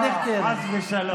חס ושלום.